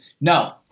No